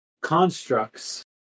constructs